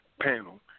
panel